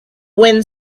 wind